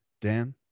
Dan